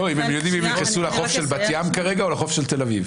אם הם יודעים שהם נכנסו לחוף של בת ים או לחוף של תל אביב.